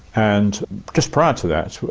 and just prior to that,